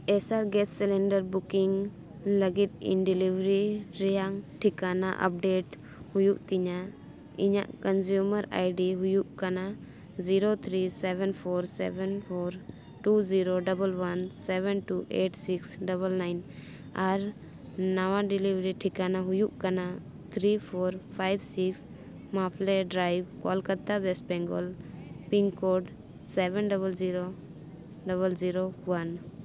S R gas cylinder booking ᱞᱟᱹᱜᱤᱫ ᱤᱧ delivery ᱨᱮᱭᱟᱜ ᱴᱷᱤᱠᱟᱹᱱᱟ ᱟᱯᱰᱮᱴ ᱦᱩᱭᱩᱜ ᱛᱤᱧᱟᱹ ᱤᱧᱟᱹᱜ ᱠᱚᱱᱡᱤᱭᱩᱢᱟᱨ ᱟᱭ ᱰᱤ ᱦᱩᱭᱩᱜ ᱠᱟᱱᱟ zero three seven four seven four two zero double one seven two eight six double nine ᱟᱨ ᱱᱟᱣᱟ ᱰᱮᱞᱤᱵᱷᱟᱨᱤ ᱴᱷᱤᱠᱟᱹᱱᱟ ᱦᱩᱭᱩᱜ ᱠᱟᱱᱟ three four five six Maple Drive Kolkata West Bengal pin code seven double zero double zero one